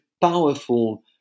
powerful